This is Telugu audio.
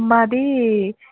మాదీ